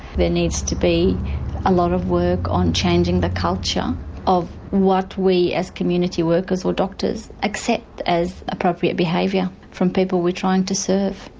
there needs to be a lot of work on changing the culture of what we, as community workers or doctors, accept as appropriate behaviour from people we are trying to serve.